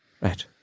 Right